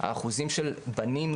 האחוזים של בנים,